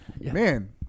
Man